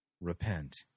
repent